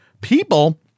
people